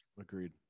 agreed